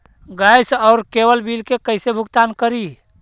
Gas और cable bill के कैसे भुगतान करी?